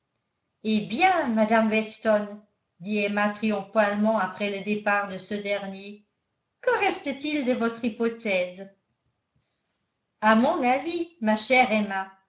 eh bien madame weston dit emma triomphalement après le départ de ce dernier que reste-t-il de votre hypothèse à mon avis ma chère emma